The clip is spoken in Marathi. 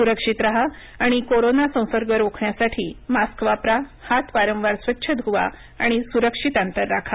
सुरक्षित राहा आणि कोरोना संसर्ग रोखण्यासाठी मास्क वापरा हात वारंवार स्वच्छ धुवा आणि सुरक्षित अंतर राखा